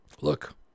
Look